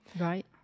Right